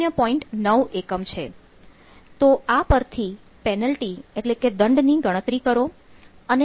તો આ પરથી પેનલ્ટી એટલે કે દંડની ગણતરી કરો